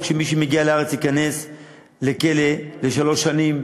שמי שמגיע לארץ ייכנס לכלא לשלוש שנים,